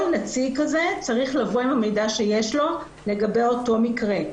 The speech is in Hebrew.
כל נציג כזה צריך לבוא עם המידע שיש לו לגבי אותו מקרה,